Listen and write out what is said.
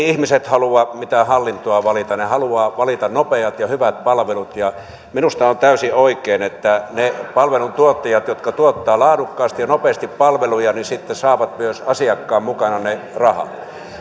ihmiset halua mitään hallintoa valita he haluavat nopeat ja hyvät palvelut minusta on täysin oikein että ne palveluntuottajat jotka tuottavat laadukkaasti ja nopeasti palveluja saavat myös asiakkaan mukana ne rahat